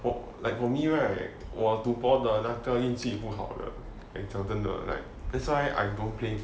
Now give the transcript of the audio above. or like for me right 我赌博的那个运气不好的讲真的 right that's why I don't play